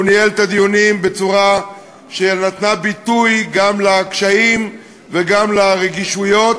שהוא ניהל את הדיונים בצורה שנתנה ביטוי גם לקשיים וגם לרגישויות,